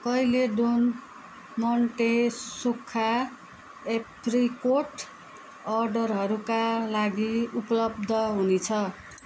कहिले Don Monte सुक्खा apricot अर्डरहरूका लागि उपलब्ध हुनेछ